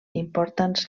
importants